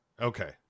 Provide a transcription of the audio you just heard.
Okay